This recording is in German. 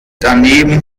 daneben